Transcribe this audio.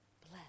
bless